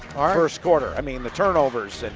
ah first quarter, i mean the turnovers,